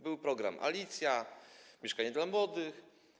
Był program „Alicja”, „Mieszkanie dla młodych”